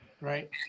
right